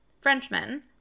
Frenchmen